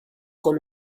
con